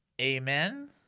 amen